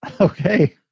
Okay